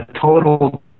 total